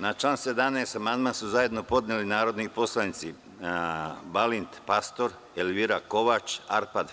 Na član 17. amandman su zajedno podneli narodni poslanici Balin Pastor, Elvira Kovač, Arpad